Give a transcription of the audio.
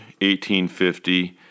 1850